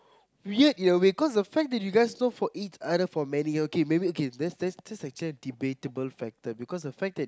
weird in a way cause the fact that you guys know for each other for many years okay maybe okay that's that's actually a debatable factor cause the fact that